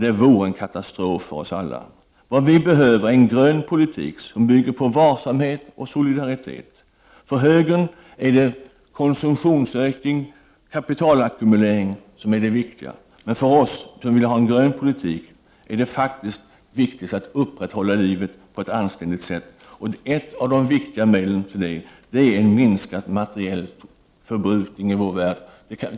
Det vore en katastrof för oss alla. Vad vi behöver är en grön politik som bygger på varsamhet och solidaritet. För högern är det konsumtionsökning och kapitalackumulering som är det viktiga. För oss som vill ha en grön politik är det faktiskt viktigt att upprätthålla livet på ett anständigt sätt. Ett av de viktiga medlen för det är en minskad materiell förbrukning i vår värld.